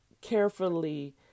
carefully